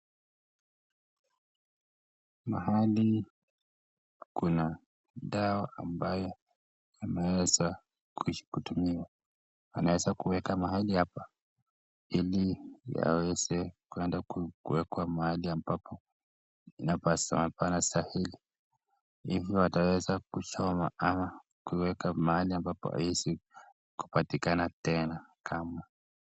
Mahali kuna dawa ambayo yameweza kutumiwa anaeza kueka mahali hapa ili yaweza kuenda kueka mahali ambapo inapaswa ambapo inastahili, hivi wataweza kueka mahali ambapo ni rahisi kupatikana tena kama.